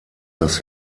das